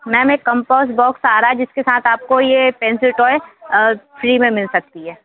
ma'am एक compass box आ रहा है जिसके साथ आपको ये पेंसिल टॉय फ्री में मिल सकती है